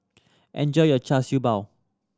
enjoy your Char Siew Bao